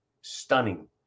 stunning